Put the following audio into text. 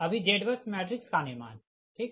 अभी ZBUS matrix का निर्माण ठीक